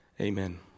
Amen